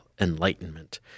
enlightenment